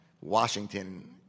Washington